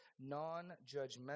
non-judgmental